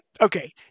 Okay